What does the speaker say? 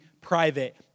private